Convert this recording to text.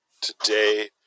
today